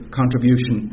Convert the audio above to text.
contribution